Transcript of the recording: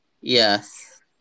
Yes